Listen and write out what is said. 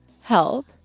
help